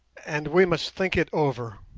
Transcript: and we must think it over.